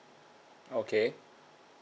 okay